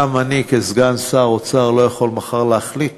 גם אני, כסגן שר האוצר, לא יכול מחר להחליט